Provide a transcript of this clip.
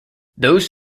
those